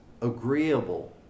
agreeable